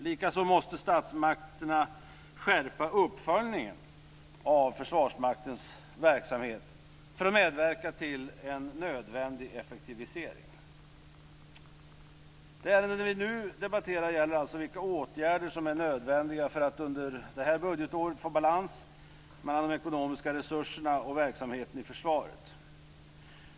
Likaså måste statsmakterna skärpa uppföljningen av Försvarsmaktens verksamhet för att medverka till en nödvändig effektivisering. Det ärende vi nu debatterar gäller alltså vilka åtgärder som är nödvändiga för att under det här budgetåret få balans mellan de ekonomiska resurserna och verksamheten i försvaret.